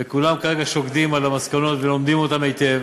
וכולם כרגע שוקדים על המסקנות ולומדים אותן היטב.